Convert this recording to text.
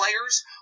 players